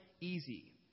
easy